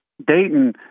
Dayton